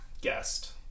Guest